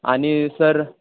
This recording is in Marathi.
आणि सर